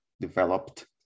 developed